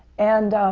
and